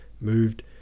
moved